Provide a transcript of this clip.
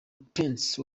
prince